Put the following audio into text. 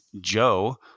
Joe